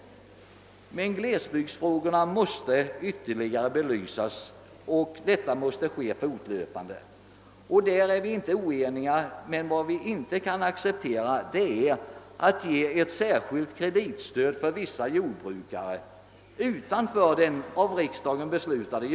Glesbygdsfrågorna måste emellertid fortlöpande belysas. Vi kan dock inte acceptera att den första åtgärden för att lösa problemen skulle vara att ge vissa jordbrukare ett särskilt kreditstöd vid sidan av det av riksdagen beslutade.